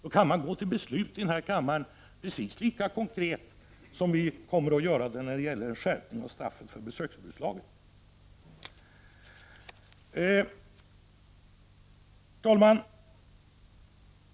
Då kan man gå till beslut i denna kammare, precis lika konkret som man kommer att göra när det gäller skärpningen av straffen enligt lagen om besöksförbud. Herr talman!